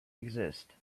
exist